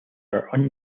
are